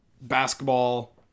basketball